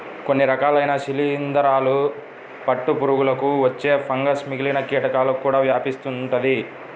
కొన్ని రకాలైన శిలీందరాల పట్టు పురుగులకు వచ్చే ఫంగస్ మిగిలిన కీటకాలకు కూడా వ్యాపిస్తుందంట